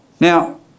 Now